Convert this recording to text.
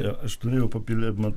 jo aš norėjau papildyt man